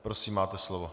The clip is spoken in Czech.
Prosím, máte slovo.